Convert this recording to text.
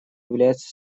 является